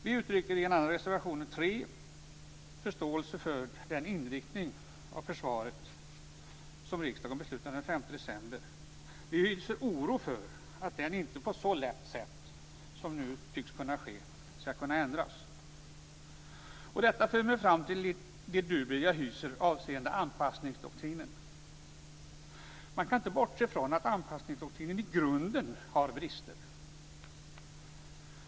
Vi uttrycker i reservation 3 oförståelse för att den inriktning av försvaret som riksdagen beslutade den 5 december så lätt som nu tycks kunna ske skall kunna ändras. Detta för mig fram till de dubier jag hyser avseende anpassningsdoktrinen. Man kan inte bortse från att anpassningsdoktrinen i grunden har brister.